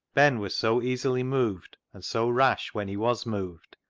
ben was so easily moved, and so rash when he was moved,